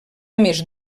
més